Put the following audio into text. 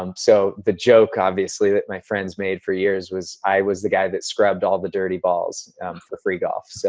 um so the joke obviously that my friends made for years was i was the guy that scrubbed all the dirty balls for free golf. so,